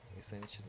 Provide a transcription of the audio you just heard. essentially